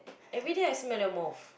everyday I smell your mouth